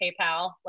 PayPal